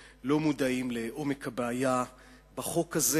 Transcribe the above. אבל אני חושב שאזרחי ישראל לא מודעים לעומק הבעיה בחוק הזה.